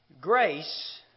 Grace